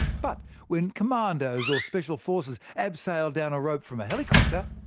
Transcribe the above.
but when commandos or special forces abseil down a rope from a helicopter,